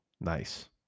Nice